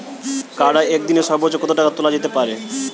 কার্ডে একদিনে সর্বোচ্চ কত টাকা তোলা যেতে পারে?